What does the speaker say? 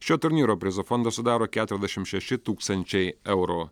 šio turnyro prizų fondą sudaro keturiasdešim šeši tūkstančiai eurų